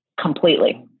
Completely